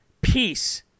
peace